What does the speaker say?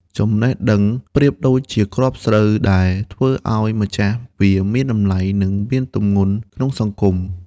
ចំណេះដឹងប្រៀបដូចជាគ្រាប់ស្រូវ ដែលធ្វើឱ្យម្ចាស់វាមានតម្លៃ និងមានទម្ងន់ក្នុងសង្គម។